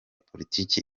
politiki